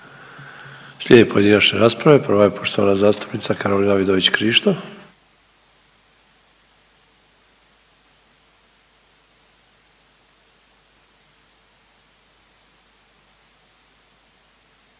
Slijedi pojedinačna rasprava i prva je poštovana zastupnica Karolina Vidović Krišto.